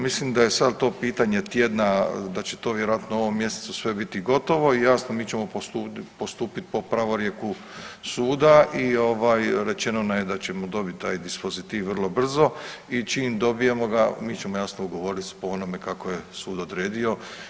Mislim da je sad to pitanje tjedna da će to vjerojatno u ovom mjesecu sve biti gotovo i jasno mi ćemo postupiti po pravorijeku suda i ovaj rečeno nam je da ćemo dobiti taj dispozitiv vrlo brzo i čim dobijemo ga mi ćemo jasno ugovoriti po onome kako je sud odredio.